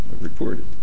reported